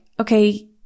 okay